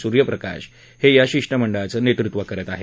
सुर्यप्रकाश हे या शिष्टमंडळाचं नेतृत्व करत आहेत